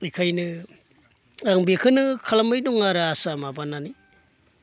बेखायनो आं बेखोनो खालामबाय दं आरो आसा माबानानै